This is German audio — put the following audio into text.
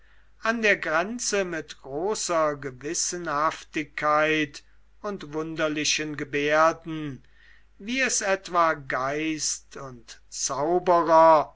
an der grenze mit großer gewissenhaftigkeit und wunderlichen gebärden wie es etwa geist und zauberer